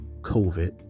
COVID